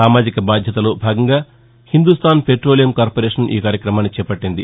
సామాజిక బాధ్యతలో భాగంగా హిందూస్లాన్ పెట్రోలియం కార్పొరేషన్ ఈకార్యక్రమాన్ని చేపట్లింది